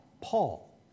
Paul